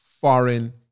foreign